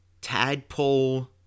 tadpole